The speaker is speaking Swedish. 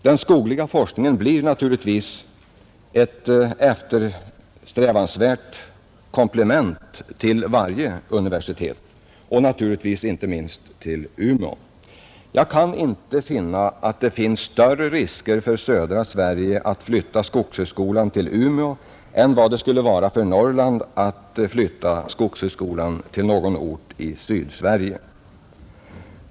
Den skogliga forskningen blir naturligtvis ett eftersträvansvärt komplement till varje universitet, inte minst till universitetet i Umeå. Jag kan inte finna att det finns större risker för södra Sverige att flytta skogshögskolan till Umeå än vad det skulle innebära för Norrland att flytta skogshögskolan till någon ort i Sydsverige.